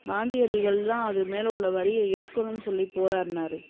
காந்தியடிகள் தான் அது மேல உள்ள வரியை எடுக்கணும்னு சொல்லி போராடினாரு